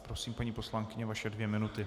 Prosím, paní poslankyně, vaše dvě minuty.